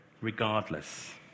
regardless